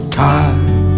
tired